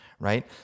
right